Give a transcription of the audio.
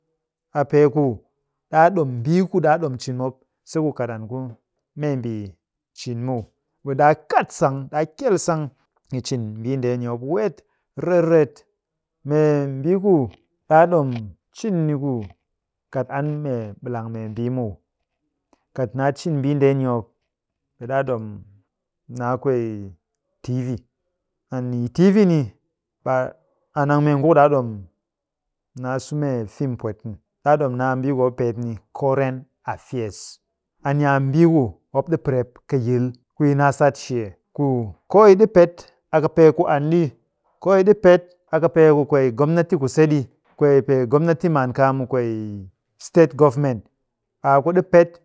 A pee ku ɗaa ɗom mbiiku ɗaa ɗom cin mop se ku kat an ku membii cin muw. Ɓe ɗaa kat sang. Ɗaa kyel sang yi cin mbii ndeeni mop weet riret riret. Mee mbii ku ɗaa ɗom cin ni ku kat an mee ɓilang membii muw, kat naa cin mbii ndeni mop, ɓe ɗaa ɗom naa kwee tv. And yi tv ni, ɓe an a mee ngu ku ɗaa ɗom naa su mee film pwet muw. Ɗaa ɗom naa a mbii ku mop ɗi peet ni current affairs. A ni a mbii ku mop ɗi pɨrep kɨ yil ku yi naa sat shee ku koo yi ɗi pet a kɨpee ku an ɗi, koo yi ɗi pet a kɨpee ku kwee gomnati kuse ɗi, kwee pee gomnati maan kaa mu kwee state government, aa ku ɗi pet.